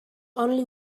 only